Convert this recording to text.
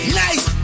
nice